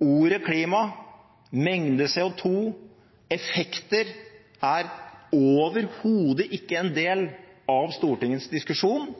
Ordet «klima», mengde CO2 og effekter er overhodet ikke en del av Stortingets diskusjon